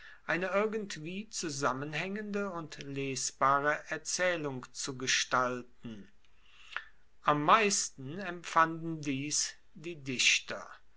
eine irgendwie zusammenhaengende und lesbare erzaehlung zu gestalten am meisten empfanden dies die dichter